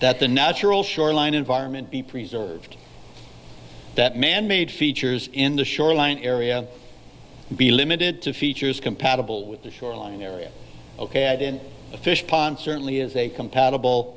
the natural shoreline environment be preserved that manmade features in the shoreline area be limited to features compatible with the shoreline area ok in a fish pond certainly is a compatible